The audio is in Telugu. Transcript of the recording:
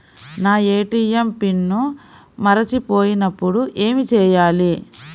నా ఏ.టీ.ఎం పిన్ మరచిపోయినప్పుడు ఏమి చేయాలి?